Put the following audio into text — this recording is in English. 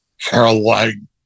Caroline